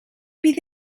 bydd